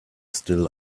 still